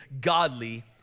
godly